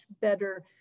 better